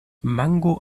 mango